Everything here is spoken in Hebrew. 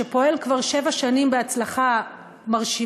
שפועל כבר שבע שנים בהצלחה מרשימה,